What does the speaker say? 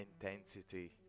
intensity